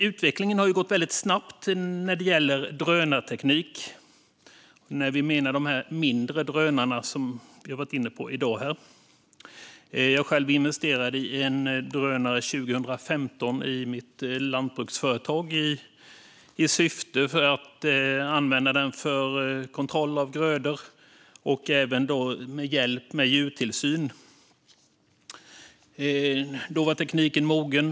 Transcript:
Utvecklingen har gått väldigt snabbt när det gäller drönarteknik i fråga om de mindre drönarna, som vi har varit inne på i dag. Jag själv investerade i en drönare 2015 i mitt lantbruksföretag. Syftet var att använda den för kontroll av grödor och även för djurtillsyn. Då var tekniken mogen.